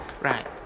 Right